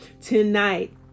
tonight